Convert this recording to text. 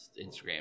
Instagram